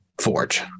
forge